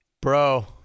Bro